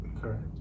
Correct